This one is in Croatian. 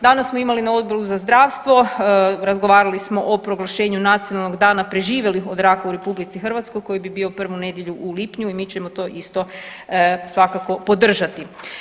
Danas smo imali na Odboru za zdravstvo, razgovarali smo proglašenju nacionalnog dana preživjelih od raka u RH koji bi bio prvu nedjelju u lipnju i mi ćemo to isto svakako podržati.